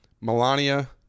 Melania